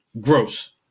Gross